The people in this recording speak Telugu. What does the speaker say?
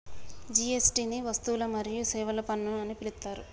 జీ.ఎస్.టి ని వస్తువులు మరియు సేవల పన్ను అని పిలుత్తారు